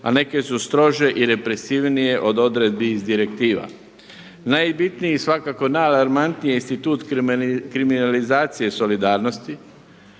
a neke su strože i represivnije od odredbi iz direktiva. Najbitniji je svakako i najalarmantniji je institut kriminalizacije solidarnosti,